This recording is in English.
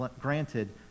granted